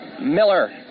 Miller